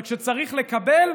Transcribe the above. אבל כשצריך לקבל,